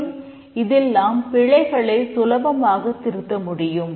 மற்றும் இதில் நாம் பிழைகளை சுலபமாகத் திருத்த முடியும்